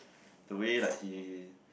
the way like he